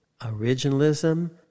originalism